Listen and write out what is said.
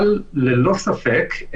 אבל ללא ספק,